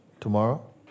Tomorrow